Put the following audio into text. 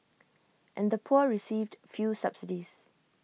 and the poor received few subsidies